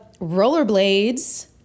rollerblades